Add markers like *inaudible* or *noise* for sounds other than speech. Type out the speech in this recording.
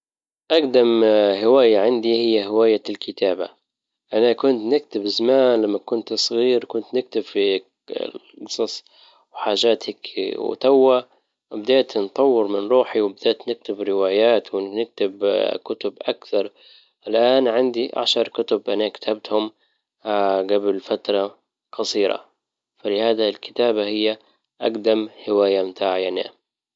اجدم هواية عندي هي هواية الكتابة انا كنت نكتب زمان -لما كنت صغير- كنت نكتب في الـ- جصص و حاجاتك وتوا ابديت نطور من روحي وبديت نكتب روايات ونكتب *hesitation* كتب اكثر، الان عندي عشر كتب انى كتبتهم *hesitation* جبل فترة قصيرة فلهذا الكتابة هي اجدم هواية متاع هانئه